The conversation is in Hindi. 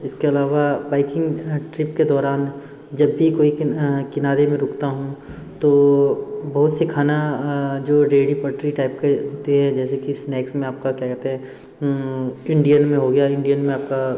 इसके अलावा बाइकिंग ट्रिप के दौरान जब भी कोई किन किनारे में रुकता हूँ तो बहुत सा खाना जो रेड़ी पटरी टाइप के होते है जैसे कि स्नैक्स में आप का क्या कहते है इंडियन में हो गया इंडियन में आप का